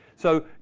so,